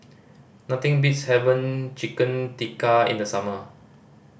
nothing beats haven Chicken Tikka in the summer